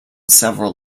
several